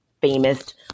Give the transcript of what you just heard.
famous